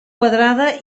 quadrada